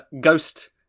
ghost